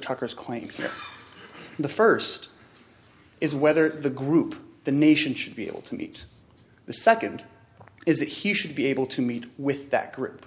tucker's claim the first is whether the group the nation should be able to meet the second is that he should be able to meet with that group